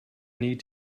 need